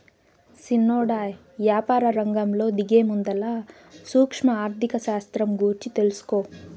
సిన్నోడా, యాపారరంగంలో దిగేముందల సూక్ష్మ ఆర్థిక శాస్త్రం గూర్చి తెలుసుకో